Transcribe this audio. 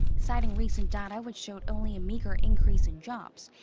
citing recent data which showed only meager increase in jobs.